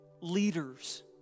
leaders